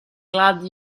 glad